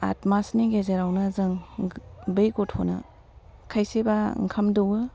आथ मासनि गेजेरावनो जों बे गथ'नो खायसेबा ओंखाम दौयो